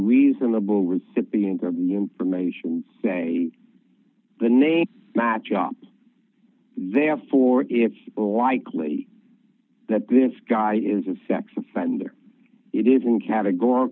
reasonable recipient of the information say the name match up therefore it's likely that this guy is a sex offender it isn't categor